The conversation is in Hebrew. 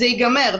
זה ייגמר.